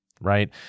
Right